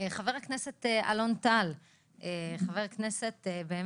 חבר הכנסת אלון טל הוא חבר כנסת מאוד